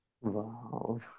Wow